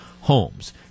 homes